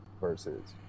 versus